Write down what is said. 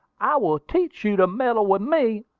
i will teach you to meddle with me!